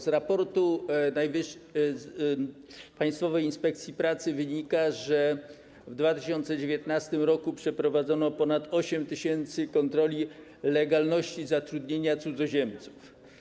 Z raportu Państwowej Inspekcji Pracy wynika, że w 2019 r. przeprowadzono ponad 8 tys. kontroli legalności zatrudnienia cudzoziemców.